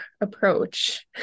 approach